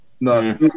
No